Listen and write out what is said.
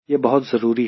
यह बहुत जरूरी है